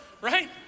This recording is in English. right